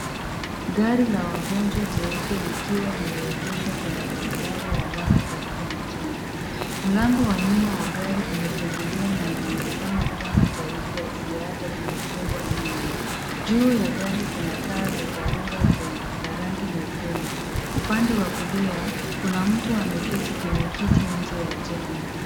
Gari la wagonjwa jeupe likiwa limeegeshwa kwenye barabara ya lami karibu na jengo. Mlango wa nyuma wa gari umefunguliwa na inaonekana kuwa na tairi ya ziada imefungwa nyuma. Juu ya gari kuna taa za dharura za rangi nyekundu. Upande wa kulia, kuna mtu ameketi kwenye kiti nje ya jengo.